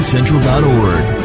central.org